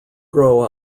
grow